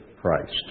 Christ